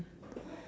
mm